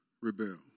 rebel